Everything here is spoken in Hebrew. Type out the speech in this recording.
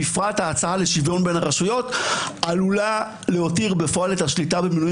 בפרט ההצעה לשוויון בין הרשויות עלולה להותיר בפועל את השליטה במינויים